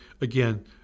again